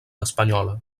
espanyola